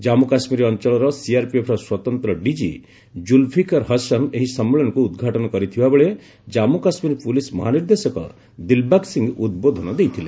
ଜାମ୍ପୁ କାଶ୍ମୀର ଅଞ୍ଚଳର ସିଆର୍ପିଏଫ୍ର ସ୍ୱତନ୍ତ୍ର ଡିଜି ଜୁଲଫିକର ହସନ ଏହି ସମ୍ମିଳନୀକୁ ଉଦ୍ଘାଟନ କରିଥିବା ବେଳେ ଜାନ୍ପୁ କାଶ୍ମୀର ପୁଲିସ୍ ମହାନିର୍ଦ୍ଦେଶକ ଦିଲବାଗ ସିଂହ ଉଦ୍ବୋଧନ ଦେଇଥିଲେ